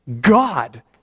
God